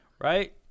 right